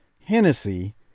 Hennessy